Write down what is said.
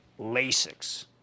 Lasix